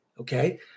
Okay